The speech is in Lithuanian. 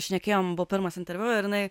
šnekėjom buvo pirmas interviu ir jinai